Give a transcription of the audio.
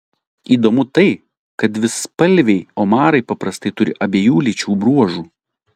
įdomu tai kad dvispalviai omarai paprastai turi abiejų lyčių bruožų